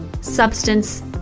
substance